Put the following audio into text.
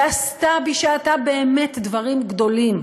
ועשתה בשעתה באמת דברים גדולים,